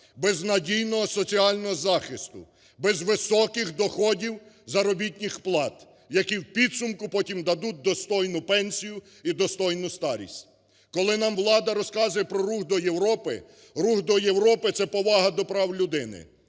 без надійного соціального захисту, без високих доходів, заробітних плат, які в підсумку потім дадуть достойну пенсію і достойну старість. Коли нам влада розказує про рух до Європи, рух до Європи – це повага до прав людини,